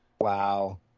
Wow